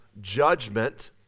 judgment